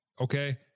okay